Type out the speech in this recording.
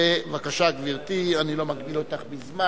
בבקשה, גברתי, אני לא מגביל אותך בזמן.